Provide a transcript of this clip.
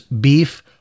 beef